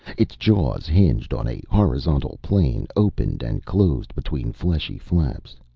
its jaws, hinged on a horizontal plane, opened and closed between fleshy flaps.